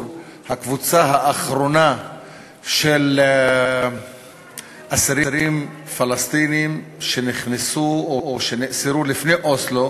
הקבוצה האחרונה של אסירים פלסטינים שנכנסו או שנאסרו לפני אוסלו,